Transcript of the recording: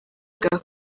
bwa